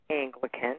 Anglican